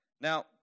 Now